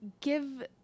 give